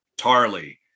Tarly